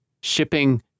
shipping